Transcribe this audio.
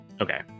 Okay